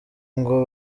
ngo